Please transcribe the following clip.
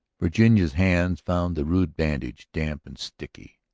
virginia's hands found the rude bandage, damp and sticky.